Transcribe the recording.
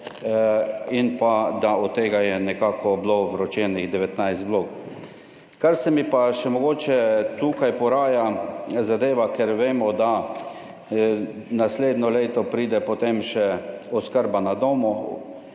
in pa da od tega je nekako bilo vročenih 19 vlog. Kar se mi pa še mogoče tukaj poraja zadeva, ker vemo, da naslednje leto pride potem še oskrba na domu,